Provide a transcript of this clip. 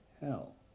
hell